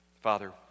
Father